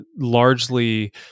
largely